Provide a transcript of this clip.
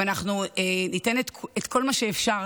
ואנחנו ניתן את כל מה שאפשר